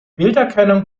bilderkennung